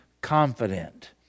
confident